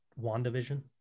WandaVision